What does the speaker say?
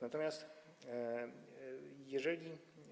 Natomiast jeżeli.